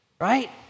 right